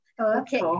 Okay